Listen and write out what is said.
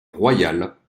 royales